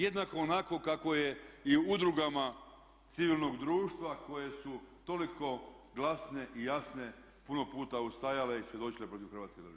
Jednako onako kako je i u udrugama civilnog društva koje su toliko glasne i jasne puno puta ustajale i svjedočile protiv Hrvatske države.